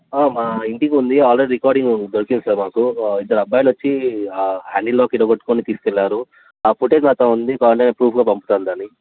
మా ఇంటికి ఉంది ఆల్రెడీ రికాడింగ్ దొరికింది సార్ మాకు ఇద్దరు అబ్బాయిలు వచ్చి హ్యాండీ లాక్ని విరగకొట్టుకొని తీసుకు వెళ్ళారు ఆ పుటేజ్ నాతో ఉంది కావాలంటే ప్రూఫ్గా పంపుతాను దాన్ని